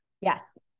Yes